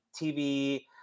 TV